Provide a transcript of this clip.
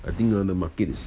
I think uh the markets